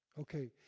Okay